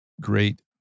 great